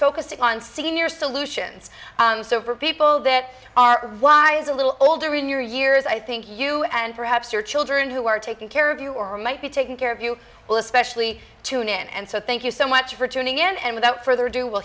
focused on senior solutions so for people that are wise a little older in your years i think you and perhaps your children who are taking care of you or might be taking care of you will especially tune in and so thank you so much for joining and without further ado we'll